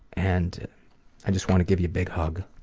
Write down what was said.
and i just want to give you a big hug.